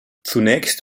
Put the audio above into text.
zunächst